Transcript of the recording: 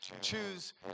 Choose